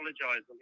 apologize